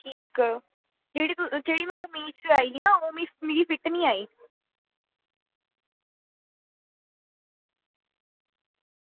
ठीक जेह्ड़ी पासै में सेआई ना ओह् मिगी फिट निं आई